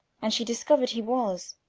and she discovered he was.